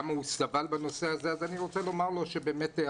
סבל בנושא הזה ואני רוצה לומר לו שהחלק